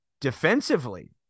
defensively